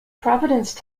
providence